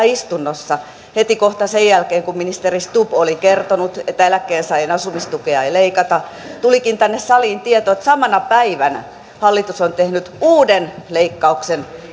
istunnossa heti kohta sen jälkeen kun ministeri stubb oli kertonut että eläkkeensaajien asumistukea ei leikata tulikin tänne saliin tieto että samana päivänä hallitus on tehnyt uuden leikkauksen